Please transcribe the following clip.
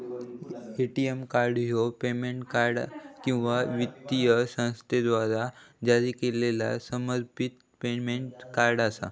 ATM card ह्या payment card किंवा वित्तीय संस्थेद्वारा जारी केलेला समर्पित पेमेंट कार्ड असा